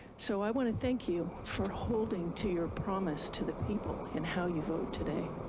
so i want to thank you for holding to your promise to the people in how you vote today.